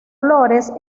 flores